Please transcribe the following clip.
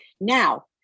Now